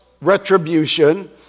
retribution—